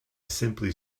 simply